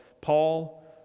Paul